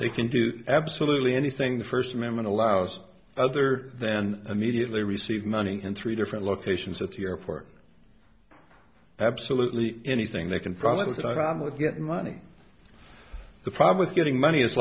they can do absolutely anything the first amendment allows other then immediately receive money in three different locations at the airport absolutely anything they can probably get money the problem with getting money i